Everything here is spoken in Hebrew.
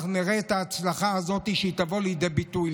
אנחנו נראה את ההצלחה הזאת שתבוא לידי ביטוי.